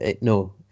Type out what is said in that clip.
no